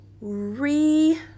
Re-